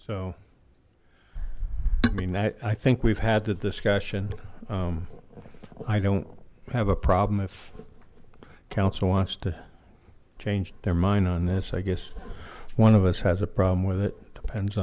so i mean i think we've had the discussion i don't have a problem if council wants to change their mind on this i guess one of us has a problem with it it depends